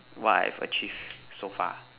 what I've achieved so far